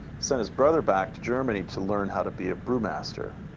sent his brother back to germany to learn how to be a brewmaster.